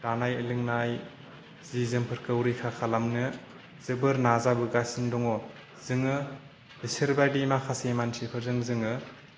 दानाय लोंनाय जि जोमफोरखौ रैखा खालामनो जोबोर नाजाबोगासिनो दङ जोङो बिसोर बायदि माखासे मानसिफोरजों जोङो